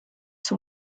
son